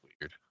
weird